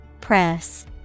Press